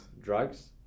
drugs